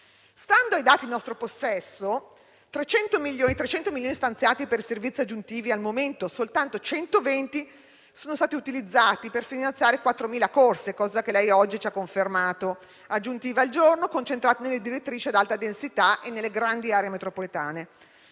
Stando ai dati in nostro possesso, dei 300 milioni stanziati per servizi aggiuntivi, al momento soltanto 120 sono stati utilizzati per finanziare - dato oggi da lei confermato - 4.000 corse aggiuntive al giorno, concentrate nelle direttrici ad alta densità e nelle grandi aree metropolitane;